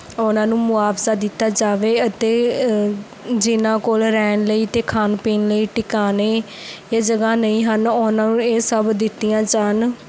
ਉਹਨਾਂ ਨੂੰ ਮੁਆਵਜ਼ਾ ਦਿੱਤਾ ਜਾਵੇ ਅਤੇ ਜਿਨ੍ਹਾਂ ਕੋਲ ਰਹਿਣ ਲਈ ਅਤੇ ਖਾਣ ਪੀਣ ਲਈ ਟਿਕਾਣੇ ਅਤੇ ਜਗ੍ਹਾ ਨਹੀਂ ਹਨ ਉਹਨਾਂ ਨੂੰ ਇਹ ਸਭ ਦਿੱਤੀਆਂ ਜਾਣ